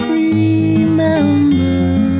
remember